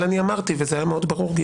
אני אמרתי וזה היה מאוד ברור,